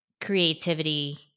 creativity